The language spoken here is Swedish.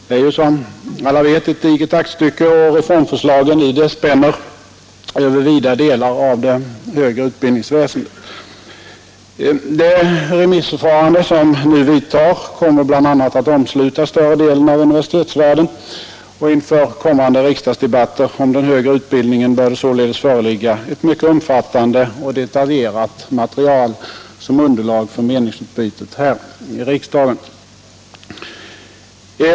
Det är som alla vet ett digert aktstycke, och reformförslagen i det spänner över vida delar av det högre utbildningsväsendet. Det remissförfarande som nu vidtar kommer bl.a. att omsluta större delen av universitetsvärlden, och inför kommande riksdagsdebatter om den högre utbildningen bör det således föreligga ett mycket omfattande och detaljerat material som underlag för meningsutbytet här i riksdagen.